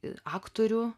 ir aktorių